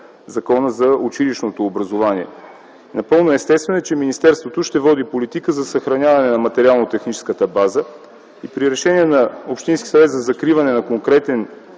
Закона за училищното образование. Напълно естествено е, че министерството ще води политика за съхраняване на материално-техническата база. При решение на Общинския съвет за закриване на конкретен